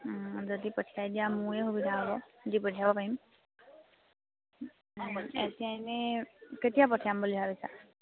যদি পঠিয়াই দিয়া মোৰে সুবিধা হ'ব দি পঠিয়াব পাৰিম এতিয়া এনেই কেতিয়া পঠিয়াম বুলি ভাবিছা